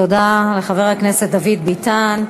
תודה לחבר הכנסת דוד ביטן.